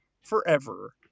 forever